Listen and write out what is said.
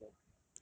the the